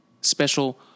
special